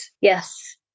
Yes